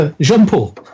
Jean-Paul